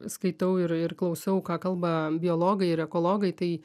skaitau ir klausau ką kalba biologai ir ekologai tai